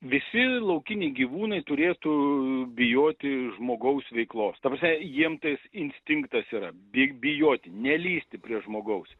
visi laukiniai gyvūnai turėtų bijoti žmogaus veiklos ta prasme jiem tai instinktas yra bi bijoti nelįsti prie žmogaus